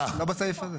לא בסעיף הזה.